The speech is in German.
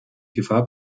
gefahr